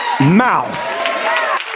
mouth